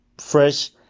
fresh